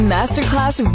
Masterclass